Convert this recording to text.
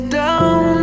down